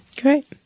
Great